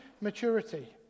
maturity